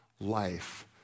life